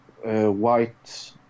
white